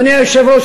אדוני היושב-ראש,